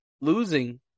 Losing